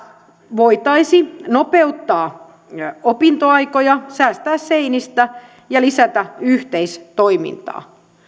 voitaisiin nopeuttaa opintoaikoja säästää seinistä ja lisätä yhteistoimintaa